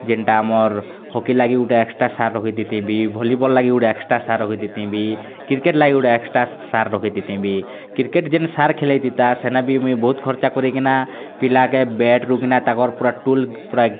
ଯେନ୍ଟା ଆମର୍ ହକି ଲାଗି ଗୁଟେ ଏକ୍ସଟ୍ରା ସାର୍ ରଖି ଥିତିଁ ବି ଭଲିବଲ୍ ଲାଗି ଗୁଟେ ଏକ୍ସଟ୍ରା ସାର୍ ରଖି ଥିତିଁ ବି କ୍ରିକେଟ୍ ଲାଗି ଗୁଟେ ଏକ୍ସଟ୍ରା ସାର୍ ରଖି ଥିତିଁ ବି କ୍ରିକେଟ୍ ଯେନ୍ ସାର୍ ଖେଲେଇଥିତା ସେନେ ବି ମୁଇଁ ବହୁତ୍ ଖର୍ଚ୍ଚା କରେଇକିନା ପିଲାକେ ବେଟ୍ରୁ କିନା ତାକର୍ ପୂରା ଟୁଲ୍ ପୁରା